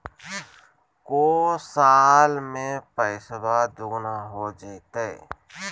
को साल में पैसबा दुगना हो जयते?